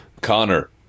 Connor